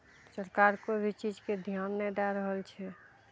सरकार कोइ भी चीजके ध्यान नहि दए रहल छै